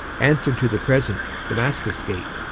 answered to the present damascus gate,